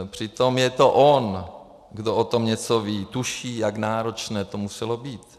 Přitom je to on, kdo o tom něco ví, tuší, jak náročné to muselo být.